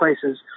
places